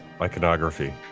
iconography